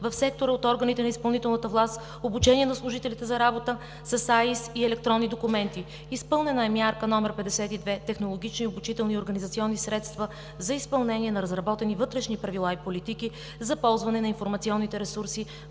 в сектора от органите на изпълнителната власт. Обучение на служителите за работа с АИС и електронни документи. Изпълнена е мярка № 52 – Технологични, обучителни и организационни средства за изпълнение на разработени вътрешни правила и политики за ползване на информационните ресурси